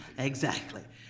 exactly,